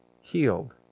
healed